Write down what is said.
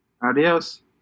Adios